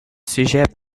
sujet